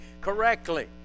correctly